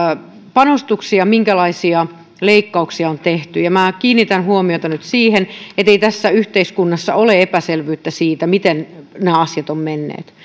panostuksia minkälaisia leikkauksia on tehty minä kiinnitän huomiota nyt siihen ettei tässä yhteiskunnassa ole epäselvyyttä siitä miten nämä asiat ovat menneet